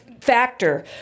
factor